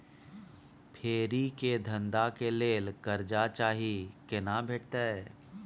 फेरी के धंधा के लेल कर्जा चाही केना भेटतै?